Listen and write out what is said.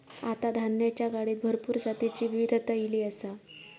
आता धान्याच्या गाडीत भरपूर जातीची विविधता ईली आसा